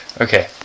Okay